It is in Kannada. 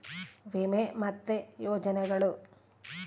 ವಿಮೆ ಮತ್ತೆ ಯೋಜನೆಗುಳು